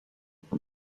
from